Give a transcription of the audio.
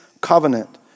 covenant